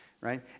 right